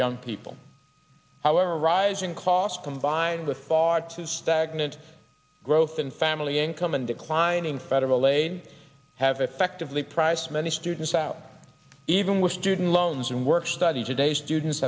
young people however rising costs combined with far too stagnant growth in family income and declining federal aid have effectively price many students out even with student loans and work study today's students